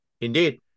Indeed